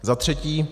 Zatřetí.